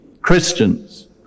Christians